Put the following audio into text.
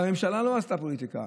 והממשלה לא עשתה פוליטיקה.